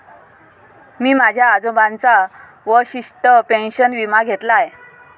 मी माझ्या आजोबांचा वशिष्ठ पेन्शन विमा घेतला आहे